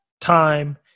time